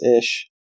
ish